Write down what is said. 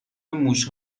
موش